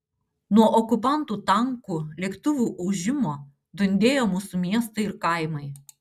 nuo okupantų tankų lėktuvų ūžimo dundėjo mūsų miestai ir kaimai